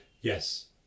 Yes